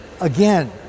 again